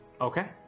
Okay